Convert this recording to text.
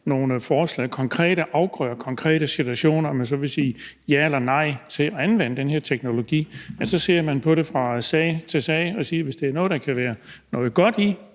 nogle forslag, konkrete afgrøder, konkrete situationer, at man så vil sige ja eller nej til at anvende den her teknologi og se på det fra sag til sag? Så hvis det er noget, hvor der kan være noget godt i